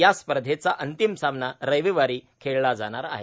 या स्पर्धेचा अंतिम सामना रविवारी खेळला जाणार आहे